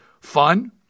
fun